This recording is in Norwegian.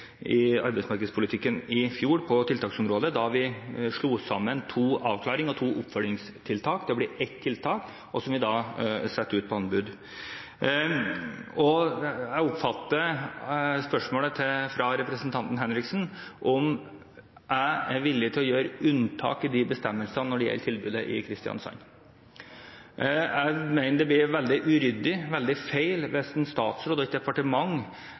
i arbeidsmarkedspolitikken i fjor på tiltaksområdet da vi slo sammen to avklarings- og to oppfølgingstiltak til å bli ett tiltak, som vi da satte ut på anbud. Jeg oppfatter at spørsmålet fra representanten Henriksen er om jeg er villig til å gjøre unntak i de bestemmelsene når det gjelder tilbudet i Kristiansand. Jeg mener det blir veldig uryddig, veldig feil, hvis en statsråd og et departement